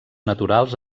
naturals